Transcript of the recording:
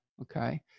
okay